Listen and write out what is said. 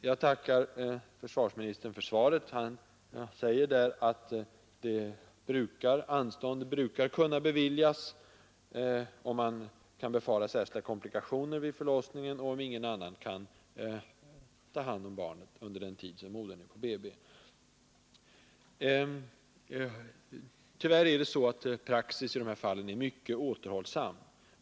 Jag tackar försvarsministern för svaret, i vilket han säger att anstånd brukar kunna beviljas, om man kan befara särskilda komplikationer vid förlossningen och ingen annan kan ta hand om hemmavarande barn under den tid som modern ligger på BB. Tyvärr är praxis i sådana här fall mycket återhållsam.